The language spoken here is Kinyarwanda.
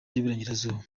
y’uburengerazuba